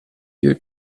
your